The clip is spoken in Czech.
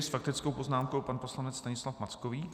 S faktickou poznámkou pan poslanec Stanislav Mackovík.